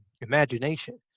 imagination